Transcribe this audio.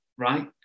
right